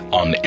on